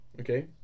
Okay